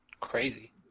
Crazy